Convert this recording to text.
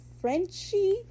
Frenchie